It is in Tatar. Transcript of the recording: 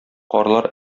карлар